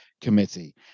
Committee